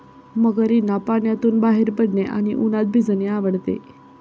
मगरींना पाण्यातून बाहेर पडणे आणि उन्हात भिजणे आवडते